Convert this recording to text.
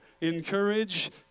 encourage